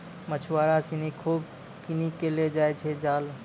मछुआरा सिनि खूब किनी कॅ लै जाय छै जाल